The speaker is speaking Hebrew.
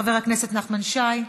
חבר הכנסת נחמן שי?